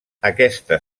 aquesta